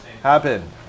happen